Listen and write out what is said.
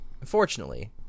Unfortunately